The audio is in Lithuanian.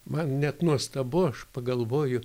man net nuostabu aš pagalvoju